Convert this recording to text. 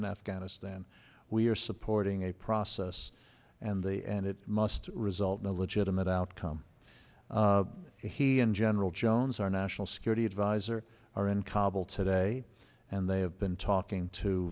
in afghanistan we are supporting a process and the and it must result in a legitimate outcome he and general jones our national security advisor are in kabul today and they have been talking to